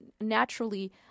naturally